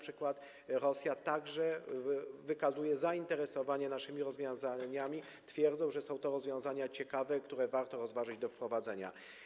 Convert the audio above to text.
Rosja także wykazuje zainteresowanie naszymi rozwiązaniami, twierdząc, że są to rozwiązania ciekawe i że rozważy ich wprowadzenie.